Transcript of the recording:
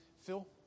Phil